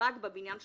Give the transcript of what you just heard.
רק בבניין שלנו,